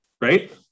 right